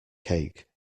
cake